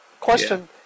question